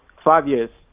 five years.